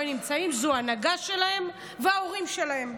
הם נמצאים הוא ההנהגה שלהם וההורים שלהם.